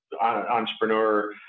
entrepreneur